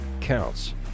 counts